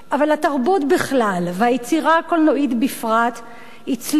אבל התרבות בכלל והיצירה הקולנועית בפרט הצליחו